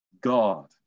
God